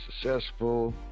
successful